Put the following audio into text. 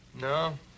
No